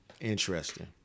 Interesting